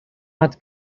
not